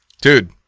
Dude